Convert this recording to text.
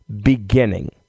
beginning